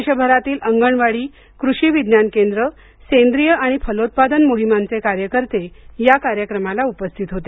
देशभरातील अंगणवाडी कृषी विज्ञान केंद्र सेंद्रीय आणि फलोत्पादन मोहिमांचे कार्यकर्ते या कार्यक्रमाला उपस्थित होते